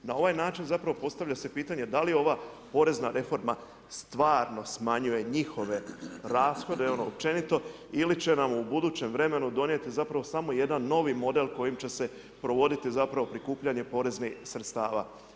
Na ovaj način, zapravo, postavlja se pitanje, da li je ova porezna reforma, stvarno smanjuje njihove rashode, općenito, ili će nam u budućem vremenu donijeti zapravo samo jedna novi model, koji će se provoditi zapravo prikupljanje poreznih sredstava.